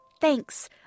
Thanks